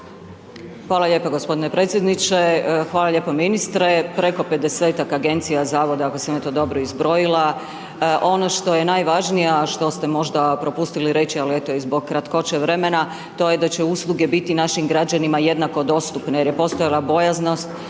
Hvala lijepo g. predsjedniče, hvala lijepo ministre. Preko 50-tak agencija, zavoda, ako sam ja to dobro izbrojila, ono što je najvažnija, a što ste možda propustili reći, ali eto, i zbog kraće vremena, to je da će usluge biti našim građanima jednako dostupne jer je postojala bojaznost,